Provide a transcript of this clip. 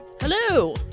Hello